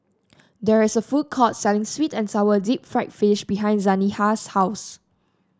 there is a food court selling sweet and sour Deep Fried Fish behind Zaniyah's house